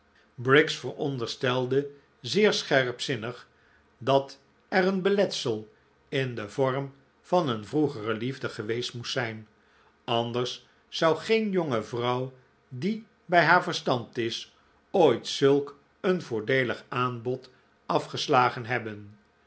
briggs veronderstelde zeer scherpzinnig dat er een beletsel in den vorm van een vroegere liefde geweest moest zijn anders zou geen jonge vrouw die bij haar verstand is ooit zulk een voordeelig aanbod afgeslagen hebben